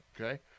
Okay